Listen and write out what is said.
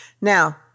Now